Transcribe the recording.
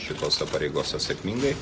šitose pareigose sėkmingai